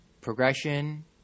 progression